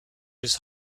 his